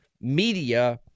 media